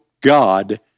God